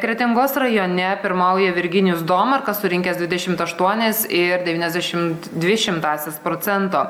kretingos rajone pirmauja virginijus domarkas surinkęs dvidešimt aštuonis ir devyniasdešimt dvi šimtąsias procento